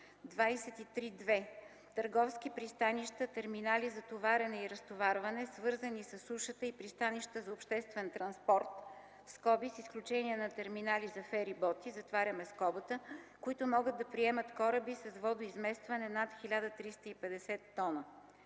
23.2. Търговски пристанища, терминали за товарене и разтоварване, свързани със сушата и пристанища за обществен транспорт (с изключение на терминали за фериботи), които могат да приемат кораби с водоизместване над 1350 т.